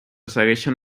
segueixen